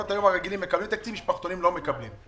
המשפחתונים לא מקבלים.